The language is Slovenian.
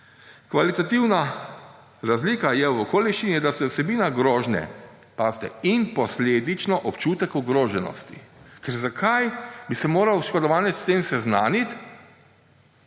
kvalitativna razlika je v okoliščini, da se vsebina grožnje – pazite – in posledično občutek ogroženosti ... Ker zakaj bi se moral oškodovanec s tem seznaniti?